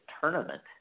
Tournament